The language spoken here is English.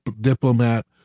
diplomat